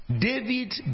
David